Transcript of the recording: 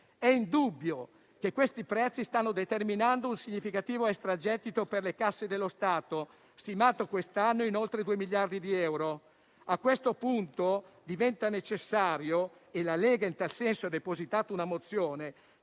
È indubbio che questi prezzi stanno determinando un significativo extragettito per le casse dello Stato, stimato quest'anno in oltre 2 miliardi di euro. A questo punto diventa necessario - e la Lega ha depositato una mozione